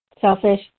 selfish